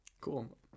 Cool